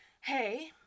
hey